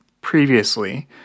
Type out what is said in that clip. previously